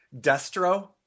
Destro